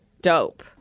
dope